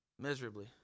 Miserably